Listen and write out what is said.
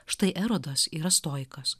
štai erodas yra stoikas